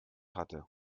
hatte